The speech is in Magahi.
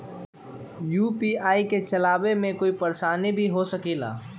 यू.पी.आई के चलावे मे कोई परेशानी भी हो सकेला?